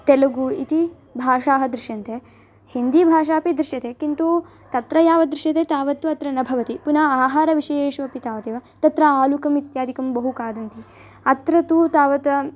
तेलुगु इति भाषाः दृश्यन्ते हिन्दीभाषापि दृश्यते किन्तु तत्र यावद्दृश्यते तावत् अत्र न भवति पुनः आहारविषयेषु अपि तावदेव तत्र आलुकम् इत्यादिकं बहु खादन्ति अत्र तु तावत्